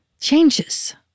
changes